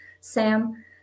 Sam